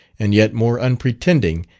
and yet more unpretending,